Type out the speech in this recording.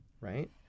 Right